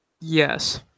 Yes